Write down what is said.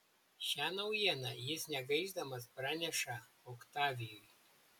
šią naujieną jis negaišdamas praneša oktavijui